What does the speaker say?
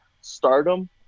stardom